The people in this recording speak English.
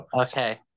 Okay